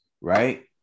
right